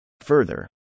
Further